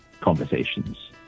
conversations